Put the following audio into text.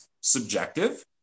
subjective